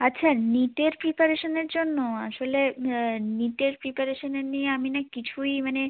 আচ্ছা নিটের প্রিপারেশনের জন্য আসলে নিটের প্রিপারেশনের নিয়ে আমি না কিছুই মানে